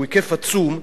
שהוא היקף עצום,